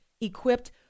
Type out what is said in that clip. equipped